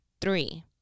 three